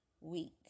week